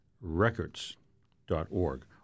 records.org